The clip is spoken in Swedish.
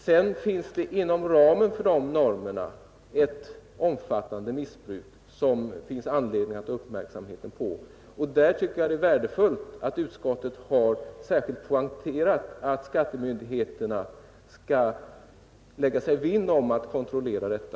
Sedan förekommer det inom ramen för dessa normer ett omfattande missbruk som det finns anledning att ha uppmärksamheten på, och där tycker jag att det är värdefullt att utskottet särskilt poängterat att skattemyndigheterna skall lägga sig vinn om att kontrollera detta.